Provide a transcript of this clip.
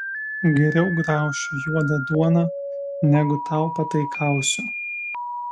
geriau graušiu juodą duoną negu tau pataikausiu